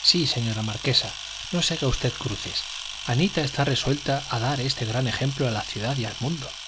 sí señora marquesa no se haga usted cruces anita está resuelta a dar este gran ejemplo a la ciudad y al mundo